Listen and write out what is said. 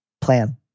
plan